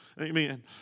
Amen